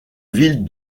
ville